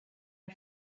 are